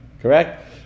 Correct